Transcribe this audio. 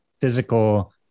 physical